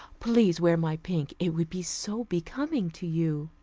please wear my pink. it would be so becoming to you.